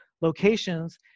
locations